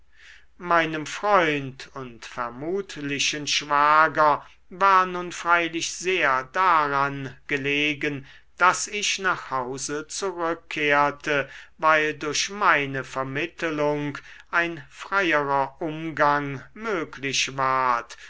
meinem freund und vermutlichen schwager war nun freilich sehr daran gelegen daß ich nach hause zurückkehrte weil durch meine vermittelung ein freierer umgang möglich ward